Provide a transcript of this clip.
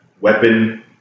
weapon